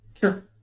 Sure